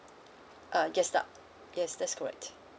uh yes uh yes that's correct